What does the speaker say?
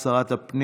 ישיבה קל"ז הישיבה